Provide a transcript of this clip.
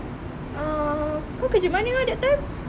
ah kau kerja mana ah that time